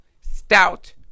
Stout